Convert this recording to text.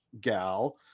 gal